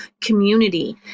community